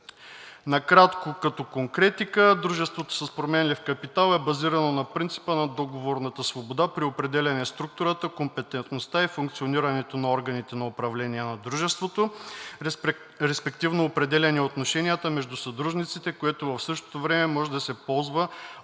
Накратко като конкретика, дружеството с променлив капитал е базирано на принципа на договорната свобода при определяне структурата, компетентността и функционирането на органите на управление на дружеството, респективно определяне отношенията между съдружниците, което в същото време може да се ползва